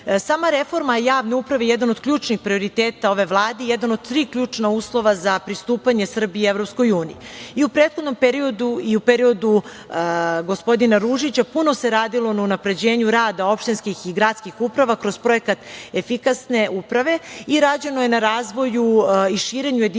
reforma javne uprave je jedan od ključnih prioriteta ove Vlade i jedan od tri ključna uslova za pristupanje Srbije EU.U prethodnom periodu, i u periodu gospodina Ružića, puno se radilo na unapređenju rada opštinskih i gradskih uprava kroz projekat efikasne uprave i rađeno je na razvoju i širenju jedinstvenog